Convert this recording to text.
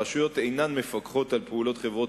הרשויות אינן מפקחות כנדרש על פעולות חברות